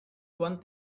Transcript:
one